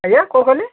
ଆଜ୍ଞା କ'ଣ କହିଲେ